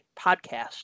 podcast